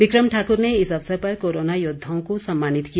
बिक्रम ठाकुर ने इस अवसर पर कोरोना योद्वाओं को सम्मानित किया